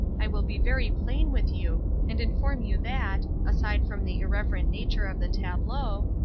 i will be very plain with you, and inform you that, aside from the irreverent nature of the tableau,